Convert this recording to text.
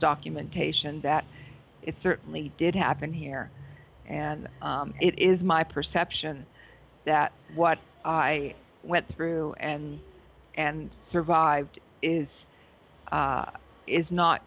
documentation that it certainly did happen here and it is my perception that what i went through and and survived is is not